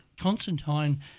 Constantine